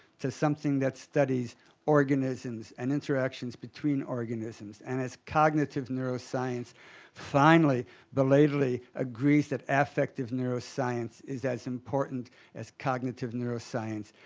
to something that studies organisms and interactions between organisms, and as cognitive neuroscience finally belatedly agrees that affective neuroscience is as important as cognitive neuroscience,